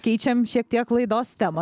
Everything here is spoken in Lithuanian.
keičiam šiek tiek laidos temą